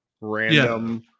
random